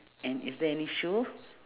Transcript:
and is there any shoe